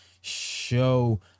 show